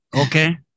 Okay